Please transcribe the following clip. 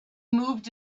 moved